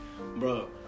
bro